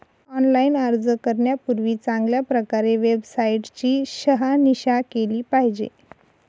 online अर्ज करण्यापूर्वी चांगल्या प्रकारे वेबसाईट ची शहानिशा केली पाहिजे